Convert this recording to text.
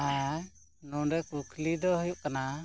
ᱱᱚᱸᱰᱮ ᱠᱩᱠᱞᱤ ᱫᱚ ᱦᱩᱭᱩᱜ ᱠᱟᱱᱟ